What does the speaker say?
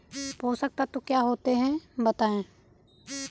पोषक तत्व क्या होते हैं बताएँ?